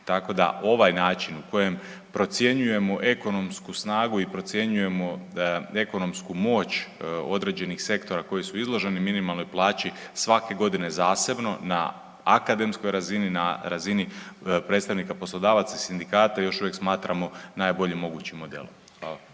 tako da ovaj način u kojem procjenjujemo ekonomsku snagu i procjenjujemo ekonomsku moć određenih sektora koji su izloženi minimalnoj plaći svake godine zasebno na akademskoj razini, na razini predstavnika poslodavaca i sindikata još uvijek smatramo najboljim mogućim modelom.